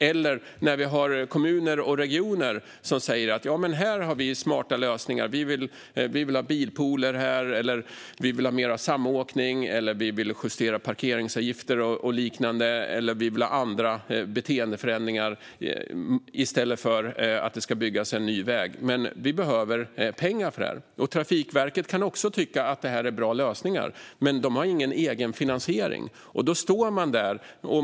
Det kan också vara kommuner och regioner som säger att de har smarta lösningar och vill ha bilpooler, ha mer samåkning, justera parkeringsavgifter och liknande eller försöka göra andra beteendeförändringar i stället för att bygga en ny väg. Men till det behöver de pengar. Trafikverket kan också tycka att detta är bra lösningar men har ingen egen finansiering. Då står man där.